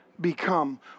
become